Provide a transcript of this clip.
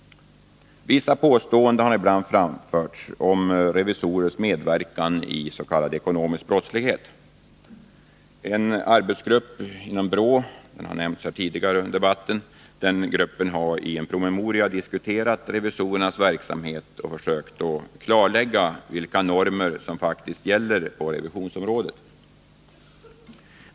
Vissa påståenden har ibland framförts om revisorers medverkan i s.k. ekonomisk brottslighet. En arbetsgrupp inom BRÅ — som har nämnts här tidigare under debatten — har i en promemoria diskuterat revisorernas verksamhet och försökt att klarlägga vilka normer som faktiskt gäller på revisionsområdet.